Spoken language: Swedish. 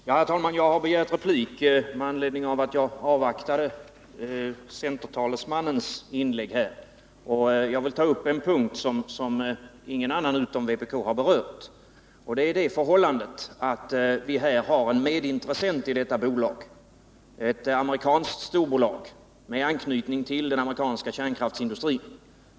Herr talman! Jag begärde ordet nu efter att ha avvaktat centertalesmannens inlägg. Jag vill ta upp en punkt som ingen annan än vpk har berört. Det är det förhållandet att det finns en medintressent i detta bolag, nämligen ett amerikanskt storbolag med anknytning till den amerikanska kärnkraftsindustrin.